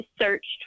searched